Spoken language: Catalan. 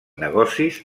negocis